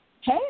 Hey